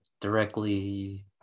directly